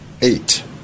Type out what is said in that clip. eight